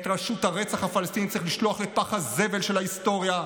את רשות הרצח הפלסטינית צריך לשלוח לפח הזבל של ההיסטוריה,